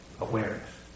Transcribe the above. awareness